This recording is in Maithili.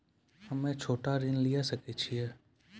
हम्मे छोटा ऋण लिये सकय छियै?